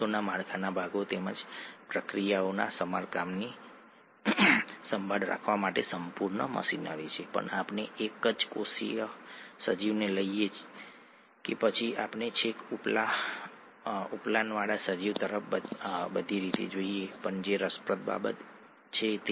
બેઝના કિસ્સામાં જો તમારી પાસે એડેનાઇન થાઇમાઇન ગુઆનિન સાઇટોસિન છે તે ડીએનએમાં જોવા મળતા આધારો છે તમારી પાસે એડેનાઇન યુરેસિલ ગુઆનિન સાઇટોસિન છે તો તમારી પાસે આરએનએમાં જોવા મળતા બેઝ છે ફોસ્ફેટ જૂથ અલબત્ત સમાન છે